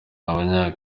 abanya